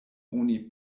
oni